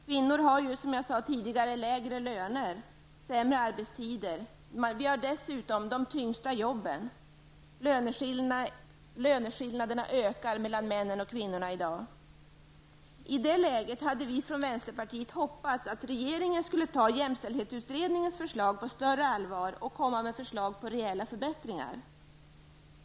Kvinnorna har, som jag tidigare sade, de lägre lönerna, de sämre arbetstiderna och dessutom de tyngsta jobben. Löneskillnaderna ökar i dag mellan kvinnor och män. I det läget hade vi från vänsterpartiets sida hoppats att regeringen skulle ta jämställdhetsutredningens förslag på större allvar och komma med förslag på rejäla förbättringar.